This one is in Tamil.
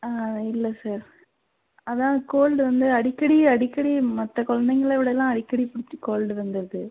இல்லை சார் அதான் கோல்டு வந்து அடிக்கடி அடிக்கடி மற்ற குழந்தைங்களைவிடலாம் அடிக்கடி பிடிச்சு கோல்டு வந்துவிடுது